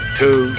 two